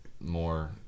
more